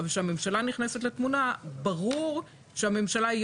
אבל כשהממשלה נכנסת לתמונה ברור שהממשלה היא